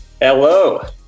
Hello